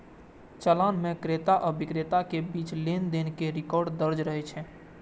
चालान मे क्रेता आ बिक्रेता के बीच लेनदेन के रिकॉर्ड दर्ज रहै छै